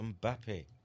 Mbappe